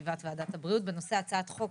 ישיבת ועדת הבריאות בנושא הצעת חוק